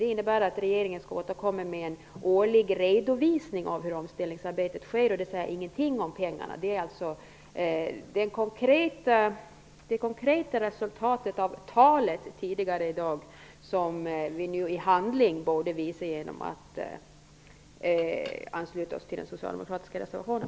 Det innebär att regeringen skall återkomma med en årlig redovisning av hur omställningsarbetet sker. Det säger ingenting om pengarna. Nu borde vi i handling visa det konkreta resultatet av talet tidigare i dag genom att ansluta oss till den socialdemokratiska reservationen.